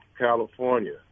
California